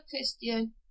Christian